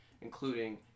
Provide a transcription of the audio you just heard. including